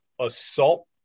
Assault